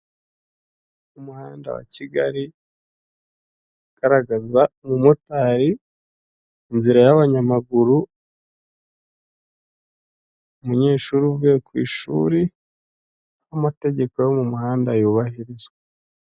Umuhanda wa Kigali ugaragaza umumotari, inzira y'abanyamaguru, umunyeshuri uvuye ku ishuri aho amategeko y'umuhanda yubahirizwa.